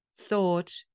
thought